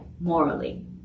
morally